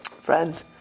friend